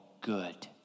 good